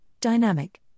dynamic